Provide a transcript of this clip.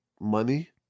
money